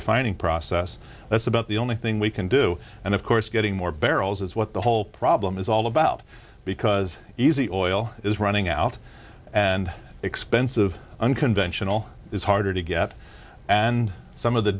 refining process that's about the only thing we can do and of course getting more barrels is what the whole problem is all about because easy oil is running out and expensive unconventional is harder to get and some of the